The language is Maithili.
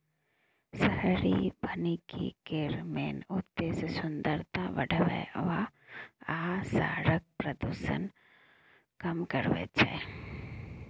शहरी बनिकी केर मेन उद्देश्य सुंदरता बढ़ाएब आ शहरक प्रदुषण कम करब छै